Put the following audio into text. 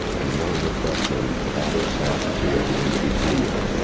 and one of the freshmen always has to at the end of each meal,